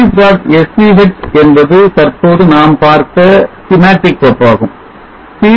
sch என்பது தற்போது நாம் பார்த்த schematic கோப்பாகும் series